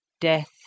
Death